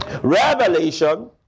revelation